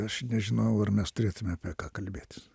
aš nežinau ar mes turėtume apie ką kalbėtis